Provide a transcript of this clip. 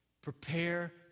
prepare